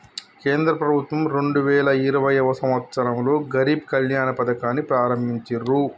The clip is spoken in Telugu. కేంద్ర ప్రభుత్వం రెండు వేల ఇరవైయవ సంవచ్చరంలో గరీబ్ కళ్యాణ్ పథకాన్ని ప్రారంభించిర్రు